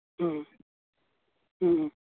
ᱦᱮᱸ ᱦᱮᱸ